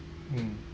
mm